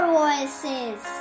voices